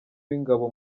w’ingabo